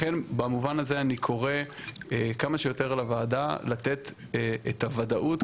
לכן במובן הזה אני קורא כמה שיותר לוועדה לתת את הוודאות,